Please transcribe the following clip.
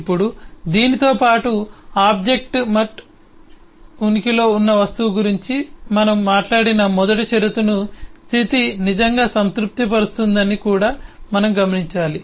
ఇప్పుడు దీనితో పాటు ఆబ్జెక్ట్ మట్ ఉనికిలో ఉన్న వస్తువు గురించి మనం మాట్లాడిన మొదటి షరతును స్థితి నిజంగా సంతృప్తిపరుస్తుందని కూడా మనం గమనించాలి